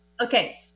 Okay